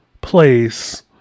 place